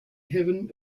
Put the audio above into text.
heaven